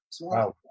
Wow